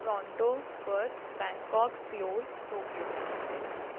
Toronto Perth Bangkok Seoul Tokyo